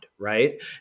right